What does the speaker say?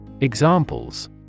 examples